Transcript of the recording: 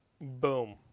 boom